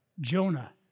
Jonah